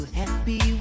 happy